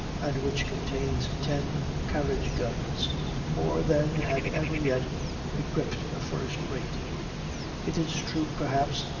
and which contains ten carriage-guns more than had ever yet equipped a first-rate. it is true, perhaps,